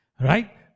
Right